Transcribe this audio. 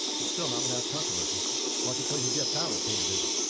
but still not without controversy marketplace's jeff tyler paid a visit.